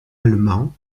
allemand